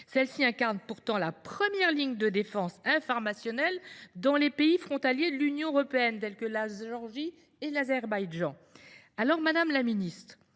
Ce média incarne pourtant la première ligne de défense informationnelle dans des pays frontaliers de l’Union européenne, tels que la Géorgie et l’Azerbaïdjan. Madame la ministre,